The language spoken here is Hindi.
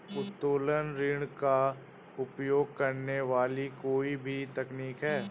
उत्तोलन ऋण का उपयोग करने वाली कोई भी तकनीक है